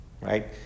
right